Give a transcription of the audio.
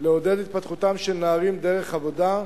לעודד התפתחותם של נערים דרך עבודה,